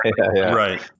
right